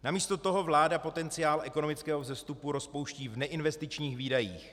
Namísto toho vláda potenciál ekonomického vzestupu rozpouští v neinvestičních výdajích.